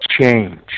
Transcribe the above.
change